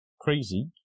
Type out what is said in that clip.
crazy